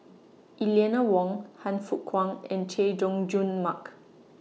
Eleanor Wong Han Fook Kwang and Chay Jung Jun Mark